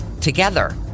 Together